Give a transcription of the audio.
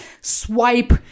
swipe